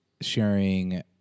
sharing